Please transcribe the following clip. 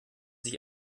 sich